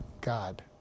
God